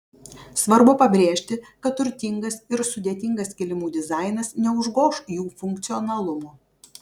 svarbu pabrėžti kad turtingas ir sudėtingas kilimų dizainas neužgoš jų funkcionalumo